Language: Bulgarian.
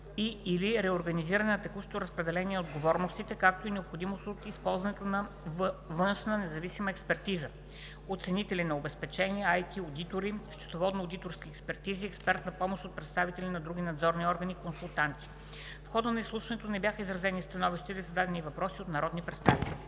и/или реорганизиране на текущото разпределение на отговорностите, както и необходимост от използване на външна независима експертиза – оценители на обезпечения, IT одитори, счетоводно одиторски експертизи, експертна помощ от представители на други надзорни органи, консултанти. В хода на изслушването не бяха изразени становища или зададени въпроси от народните представители.